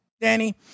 Danny